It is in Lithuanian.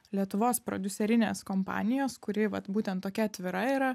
lietuvos prodiuserinės kompanijos kuri vat būtent tokia atvira yra